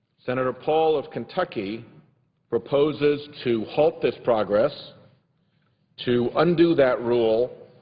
senator paul of kentucky proposes to halt this progress to undo that rule,